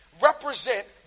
represent